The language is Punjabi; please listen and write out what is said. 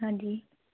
ਹਾਂਜੀ